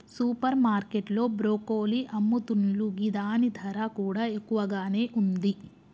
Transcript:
super market లో broccoli అమ్ముతున్లు గిదాని ధర కూడా ఎక్కువగానే ఉంది